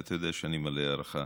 ואתה יודע שאני מלא הערכה,